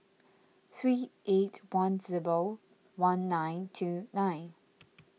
three eight one zero one nine two nine